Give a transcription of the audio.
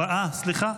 סליחה,